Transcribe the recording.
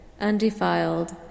undefiled